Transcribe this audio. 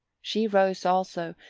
she rose also,